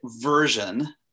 version